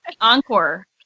Encore